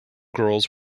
girls